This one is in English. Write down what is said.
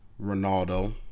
ronaldo